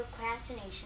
procrastination